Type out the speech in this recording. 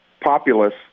populace